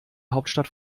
hauptstadt